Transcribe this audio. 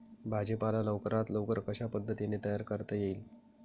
भाजी पाला लवकरात लवकर कशा पद्धतीने तयार करता येईल?